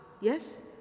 yes